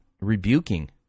rebuking